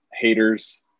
haters